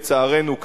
לצערנו,